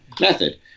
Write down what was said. method